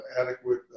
adequate